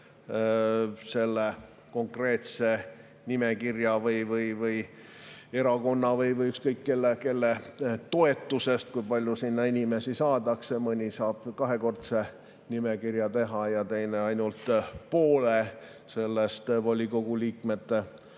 ka konkreetse nimekirja või erakonna või ükskõik kelle toetusest, kui palju sinna inimesi saadakse. Mõni saab kahekordse nimekirja teha ja teine ainult poole sellest volikogu liikmete